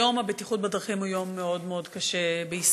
יום הבטיחות בדרכים הוא יום מאוד קשה בישראל.